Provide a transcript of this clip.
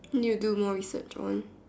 need to more research on